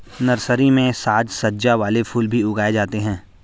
nursery में साज सज्जा वाले फूल भी उगाए जाते हैं